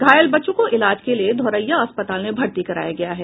घायल बच्चों को इलाज के लिए धोरैया अस्पताल में भर्ती कराया गया है